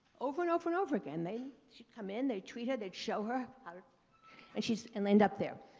over and over and over again, they she come in, they treat her, they've show her how to and she end end up there.